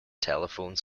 telephone